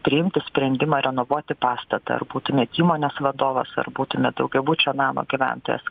priimti sprendimą renovuoti pastatą ar būtumėt įmonės vadovas ar būtumėt daugiabučio namo gyventojas